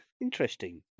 Interesting